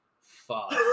fuck